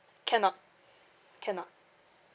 cannot cannot